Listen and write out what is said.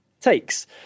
takes